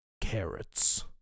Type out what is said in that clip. carrots